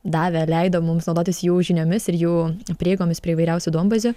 davė leido mums naudotis jų žiniomis ir jų prieigomis prie įvairiausių duombazių